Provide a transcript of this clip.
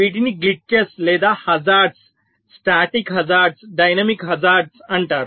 వీటిని గ్లిట్చెస్ లేదా hazards static hazard dynamic hazard అంటారు